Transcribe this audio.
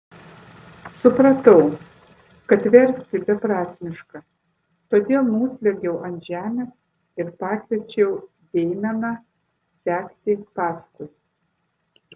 supratau kad versti beprasmiška todėl nusliuogiau ant žemės ir pakviečiau deimeną sekti paskui